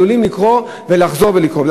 עלולים לקרות ולחזור ולקרות.